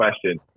question